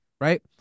right